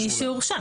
מי שהורשע,